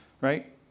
right